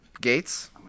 gates